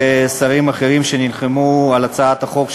ולשרים אחרים שנלחמו על הצעת החוק,